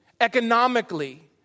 economically